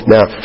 Now